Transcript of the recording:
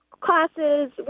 Classes